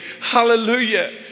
hallelujah